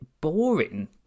boring